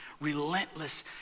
relentless